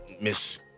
Miss